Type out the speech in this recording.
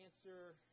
answer